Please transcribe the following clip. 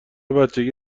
بچگی